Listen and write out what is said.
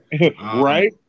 Right